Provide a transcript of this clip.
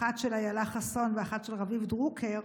אחת של אילה חסון ואחת של רביב דרוקר,